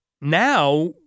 Now